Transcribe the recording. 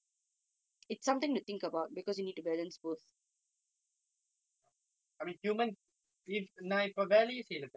yeah I mean humans if நான் இப்போ வேலையே செய்யலே தெரியுமா இப்போ நான்:naan ippo velaiye seyyalae theriyumaa ippo naan I'm sitting for my err private O-levels